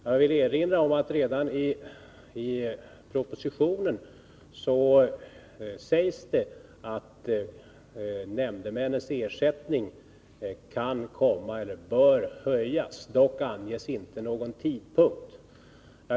Jag vill erinra om att det redan i propositionen sägs att nämndemännens ersättning bör höjas. Det anges dock inte någon tidpunkt.